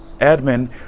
admin